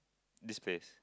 this place